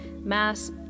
mass